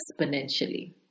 exponentially